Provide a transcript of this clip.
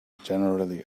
generally